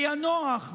ביאנוח,